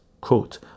quote